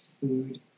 food